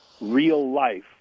real-life